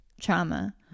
trauma